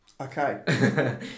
Okay